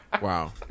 Wow